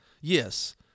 Yes